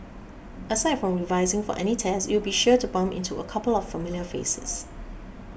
aside from revising for any tests you'll be sure to bump into a couple of familiar faces